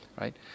right